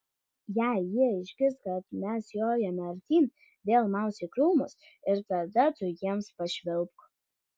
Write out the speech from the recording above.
jei jie išgirs kad mes jojame artyn vėl maus į krūmus ir tada tu jiems pašvilpk